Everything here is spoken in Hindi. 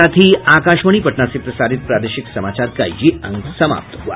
इसके साथ ही आकाशवाणी पटना से प्रसारित प्रादेशिक समाचार का ये अंक समाप्त हुआ